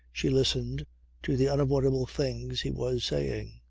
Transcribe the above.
she listened to the unavoidable things he was saying.